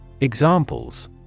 Examples